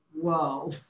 Whoa